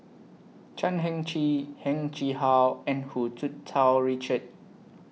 Chan Heng Chee Heng Chee How and Hu Tsu Tau Richard